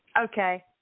Okay